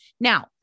Now